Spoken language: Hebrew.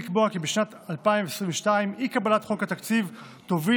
לקבוע כי בשנת 2022 אי-קבלת חוק התקציב תוביל